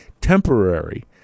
temporary